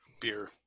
beer